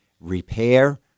repair